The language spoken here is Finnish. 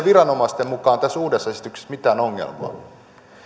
viranomaisten mukaan mitään ongelmaa